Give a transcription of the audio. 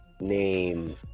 name